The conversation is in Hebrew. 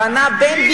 החוקים שלכם,